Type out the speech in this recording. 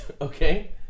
okay